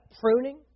pruning